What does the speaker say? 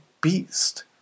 beast